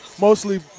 mostly